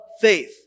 faith